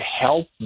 help